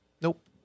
nope